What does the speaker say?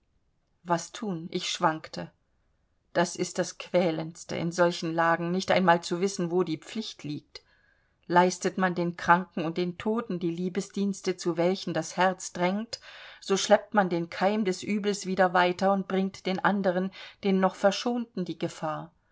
was thun ich schwankte das ist das quälendste in solchen lagen nicht einmal zu wissen wo die pflicht liegt leistet man den kranken und den toten die liebesdienste zu welchen das herz drängt so schleppt man den keim des übels wieder weiter und bringt den anderen den noch verschonten die gefahr